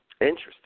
Interesting